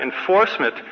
enforcement